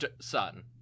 son